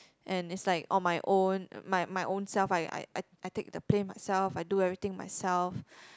and is like on my own my my ownself I I I take the plane myself I do everything myself